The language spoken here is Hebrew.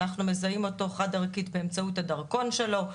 ואנחנו מזהים אותו חד ערכית באמצעות הדרכון שלו.